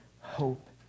hope